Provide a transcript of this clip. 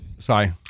Sorry